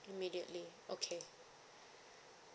immediately okay